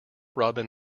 robin